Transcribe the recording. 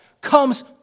comes